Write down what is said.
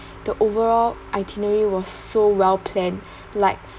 the overall itinerary was so well planned like